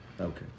Okay